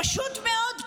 פשוט מאוד,